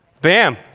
Bam